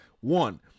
One